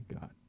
God